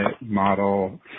model